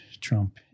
Trump